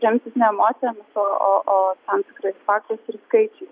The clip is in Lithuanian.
remtis ne emocijomis o o o tam tikrais faktais ir skaičiais